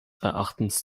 erachtens